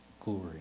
glory